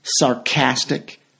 sarcastic